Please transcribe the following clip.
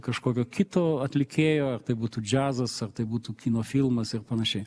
kažkokio kito atlikėjo ar tai būtų džiazas ar tai būtų kino filmas ir panašiai